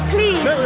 Please